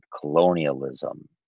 colonialism